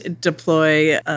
deploy